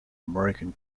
american